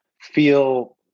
feel